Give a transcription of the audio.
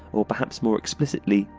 or perhaps more explicitly,